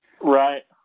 Right